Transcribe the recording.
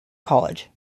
college